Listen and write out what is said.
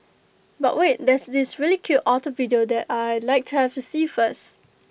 but wait there's this really cute otter video that I Like to have to see first